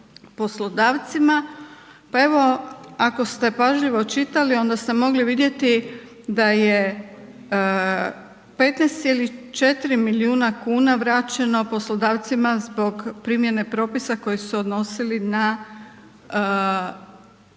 poslodavcima, pa evo ako ste pažljivo čitali onda ste mogli vidjeti da je 15,4 milijuna kuna vraćeno poslodavcima zbog primjene propisa koji su se odnosili na povrat